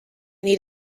need